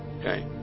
Okay